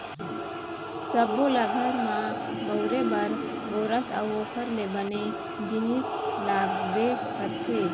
सब्बो ल घर म बउरे बर गोरस अउ ओखर ले बने जिनिस लागबे करथे